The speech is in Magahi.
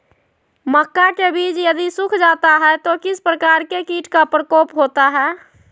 मक्का के बिज यदि सुख जाता है तो किस प्रकार के कीट का प्रकोप होता है?